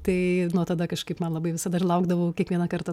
tai nuo tada kažkaip man labai visada ir laukdavau kiekvieną kartą